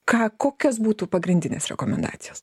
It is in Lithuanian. ką kokios būtų pagrindinės rekomendacijos